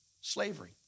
Slavery